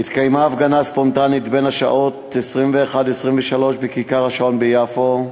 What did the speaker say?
התקיימה הפגנה ספונטנית בשעות 12:00 23:00 בכיכר-השעון ביפו.